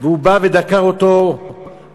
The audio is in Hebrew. והוא בא ודקר אותו בלבו.